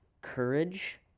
courage